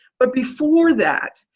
but before that,